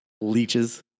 Leeches